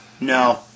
No